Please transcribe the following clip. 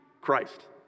Christ